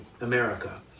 America